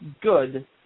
good